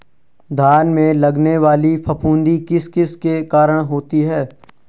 धान में लगने वाली फफूंदी किस किस के कारण होती है?